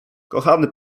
kochany